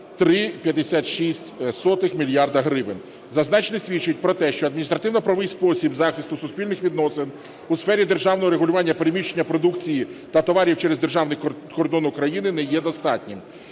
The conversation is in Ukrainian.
3,56 мільярда гривень. Зазначене свідчить про те, що адміністративно-правовий спосіб захисту суспільних відносин у сфері державного регулювання переміщення продукції та товарів через державний кордон України не є достатнім.